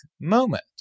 moment